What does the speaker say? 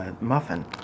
muffin